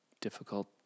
difficult